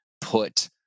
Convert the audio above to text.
put